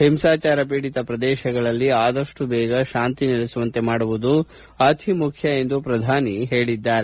ಹಿಂಸಾಚಾರ ಪೀಡಿತ ಪ್ರದೇಶಗಳಲ್ಲಿ ಆದಷ್ನು ಬೇಗ ಶಾಂತಿ ನೆಲೆಸುವಂತೆ ಮಾಡುವುದು ಅತಿಮುಖ್ಯ ಎಂದು ಪ್ರಧಾನಿ ಹೇಳಿದ್ದಾರೆ